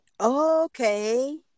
Okay